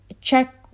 check